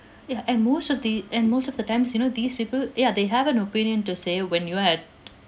ya and most of the and most of the times you know these people ya they have an opinion to say when you're at